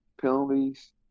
Penalties